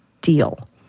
deal